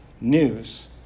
news